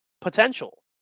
potential